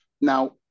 now